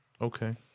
Okay